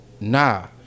Nah